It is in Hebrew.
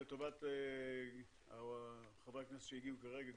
לטובת חברי הכנסת שהגיעו כרגע,